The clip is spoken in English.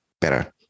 better